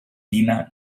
tina